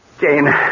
Jane